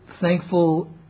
thankful